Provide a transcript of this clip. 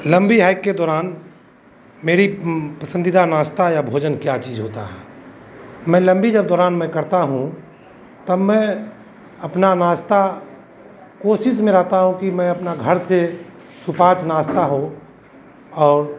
लम्बी हाइक के दौरान मेरी पसन्दीदा नाश्ता या भोजन क्या चीज़ होती है मैं लम्बी जब दौरान मैं करता हूँ तब मैं अपना नाश्ता कोशिश में रहता हूँ कि मैं अपने घर से सुपाच्य नाश्ता हो और